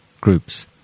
groups